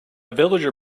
villager